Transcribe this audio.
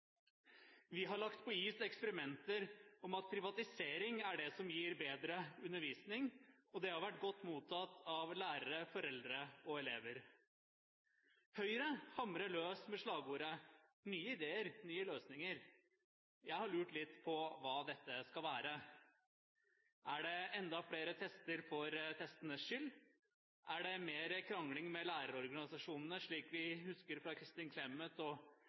Vi har lagt på is eksperimenter med at privatisering er det som gir bedre undervisning, og det har vært godt mottatt av lærere, foreldre og elever. Høyre hamrer løs med slagordet om nye ideer og nye løsninger. Jeg har lurt litt på hva dette skal være. Er det enda flere tester for testenes skyld? Er det mer krangling med lærerorganisasjonene, slik vi husker fra Kristin Clemet